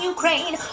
Ukraine